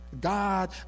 God